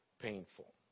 Painful